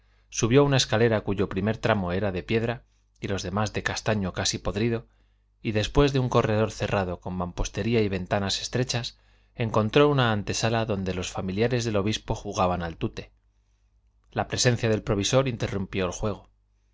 subió una escalera cuyo primer tramo era de piedra y los demás de castaño casi podrido y después de un corredor cerrado con mampostería y ventanas estrechas encontró una antesala donde los familiares del obispo jugaban al tute la presencia del provisor interrumpió el juego